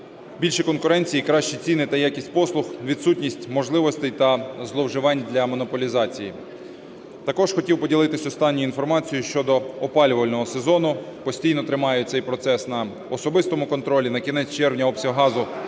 більше конкуренції і кращі ціни та якість послуг, відсутність можливостей та зловживань для монополізації. Також хотів поділитись останньою інформацією щодо опалювального сезону, постійно тримаю цей процес на особистому контролі. На кінець червня обсяг газу